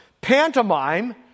Pantomime